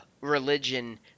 religion